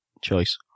choice